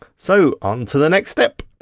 so on to the next step.